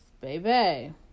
baby